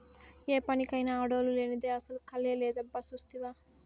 ఏ పనికైనా ఆడోల్లు లేనిదే అసల కళే లేదబ్బా సూస్తివా